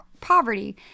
poverty